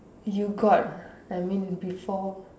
you got I mean before